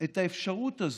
את האפשרות הזאת,